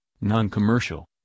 non-commercial